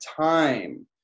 time